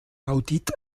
audit